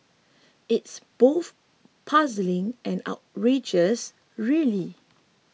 it's both puzzling and outrageous really